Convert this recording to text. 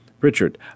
Richard